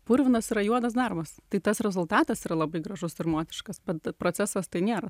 purvinas yra juodas darbas tai tas rezultatas yra labai gražus ir moteriškas bet procesas tai nėra